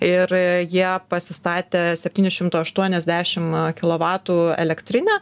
ir jie pasistatę setynių šimtų aštuoniasdešim kilovatų elektrinę